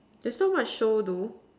there's not much show though